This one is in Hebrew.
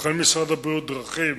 בוחן משרד הבריאות דרכים